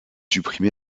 supprimé